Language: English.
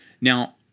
Now